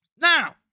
Now